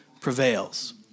prevails